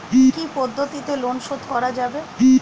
কি কি পদ্ধতিতে লোন শোধ করা যাবে?